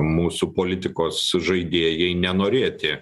mūsų politikos žaidėjai nenorėti